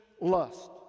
lust